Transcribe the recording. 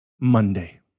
Monday